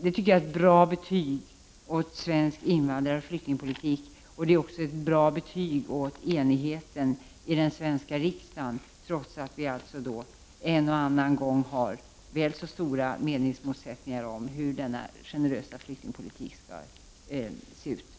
Det tycker jag är ett bra betyg åt svensk invandraroch flyktingpolitik och även åt enigheten i den svenska riksdagen, trots att det en och annan gång finns stora meningsmotsättningar om hur denna generösa flyktingpolitik skall utformas.